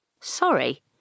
Sorry